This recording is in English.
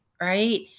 right